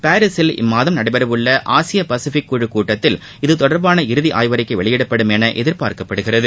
பாரிசில் இம்மாதம் நடைபெறவுள்ள ஆசிய பசிபிக் குழுக் கூட்டத்தில் இத்தொடர்பான இறுதி ஆய்வறிக்கை வெளியிடப்படும் என எதிர்பார்க்கப்படுகிறது